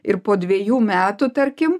ir po dvejų metų tarkim